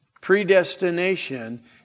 predestination